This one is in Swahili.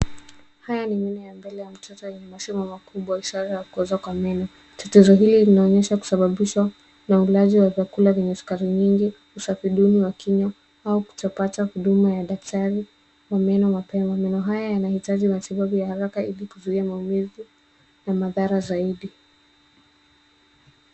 Haya ni meno ya mbele ya mtoto yenye mashimo makubwa, ishara ya kuoza kwa meno. Tatizo hili linaonyesha kusabibishwa na ulaji wa vyakula vyenye sukari nyingi, usafi duni wa kinywa au kutopata huduma ya daktari wa meno mapema. Meno haya yanahitaji matibabu ya haraka ili kuzuia maumivu na madhara zaidi.